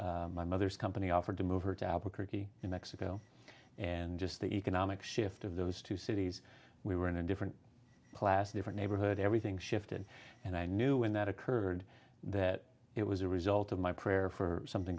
my mother's company offered to move her to albuquerque new mexico and just the economic shift of those two cities we were in a different class a different neighborhood everything shifted and i knew when that occurred that it was a result of my prayer for something